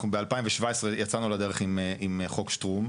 אנחנו ב-2017 יצאנו לדרך עם חוק שטרום.